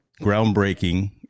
groundbreaking